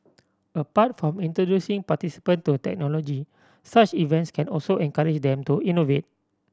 apart from introducing participant to technology such events can also encourage them to innovate